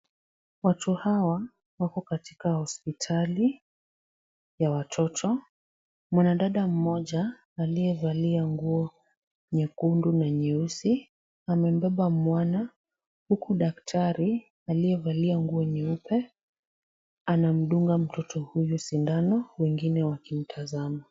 Watu hawa wako katika hospitali ya watoto .Mwanadada mmoja aliyevalia nguo nyekundu na nyeusi amembeba mwana huku daktari aliyevalia nguo nyeupe anamdunga mtoto huyu sindano wengine wakimtazama.